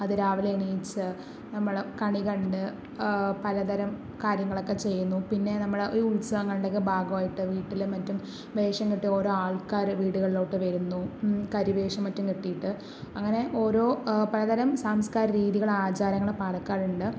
അതിരാവിലെ എണീച്ച് നമ്മള് കണി കണ്ട് പലതരം കാര്യങ്ങളൊക്കെ ചെയ്യുന്നു പിന്നെ നമ്മുടെ ഈ ഉത്സവങ്ങളുടെയൊക്കെ ഭാഗമായിട്ട് വീട്ടിലും മറ്റും വേഷം കെട്ടി ഓരോ ആൾക്കാര് വീടുകളിലോട്ട് വരുന്നു കരിവേഷം മറ്റും കെട്ടിയിട്ട് അങ്ങനെ ഓരോ പലതരം സാംസ്കാരികരീതികൾ ആചാരങ്ങൾ പാലക്കാട് ഉണ്ട്